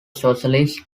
socialist